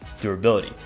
durability